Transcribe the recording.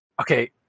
okay